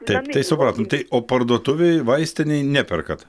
taip tai supratom tai o parduotuvėj vaistinėj neperkat